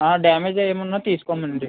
damage ఏమి ఉన్నా తీసుకోమండి